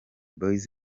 boys